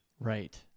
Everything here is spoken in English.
Right